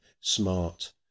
smart